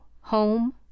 Home